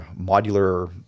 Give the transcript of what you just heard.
modular